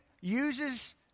uses